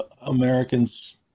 Americans